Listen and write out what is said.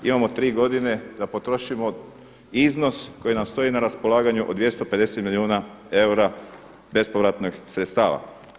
Imamo tri godine da potrošimo iznos koji nam stoji na raspolaganju od 250 milijuna eura bespovratnih sredstava.